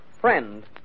friend